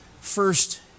first